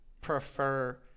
prefer